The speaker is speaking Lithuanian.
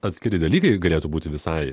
atskiri dalykai galėtų būti visai